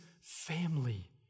family